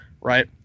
Right